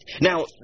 Now